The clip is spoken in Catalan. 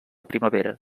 primavera